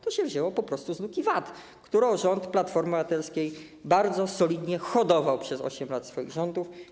To się wzięło po prostu z luki VAT, którą rząd Platformy Obywatelskiej bardzo solidnie hodował przez 8 lat swoich rządów.